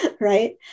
Right